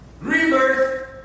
Rebirth